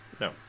No